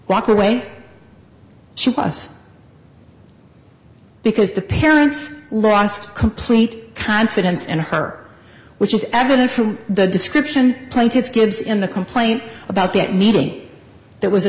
walk away she was because the parents lost complete confidence in her which is evident from the description plaintiff's kids in the complaint about that meeting that was a